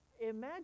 imagine